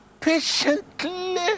patiently